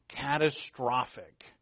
catastrophic